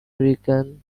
rican